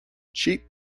cheap